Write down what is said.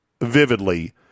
vividly